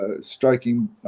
striking